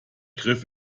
griff